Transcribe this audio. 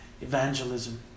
evangelism